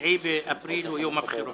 ש-9 באפריל הוא יום הבחירות,